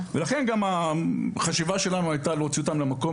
לכן גם החשיבה שלנו הייתה להוציא אותם למקום